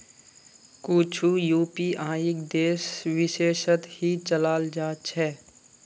कुछु यूपीआईक देश विशेषत ही चलाल जा छे